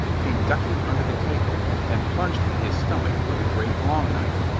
came ducking under the table and plunged at his stomach with a great long knife,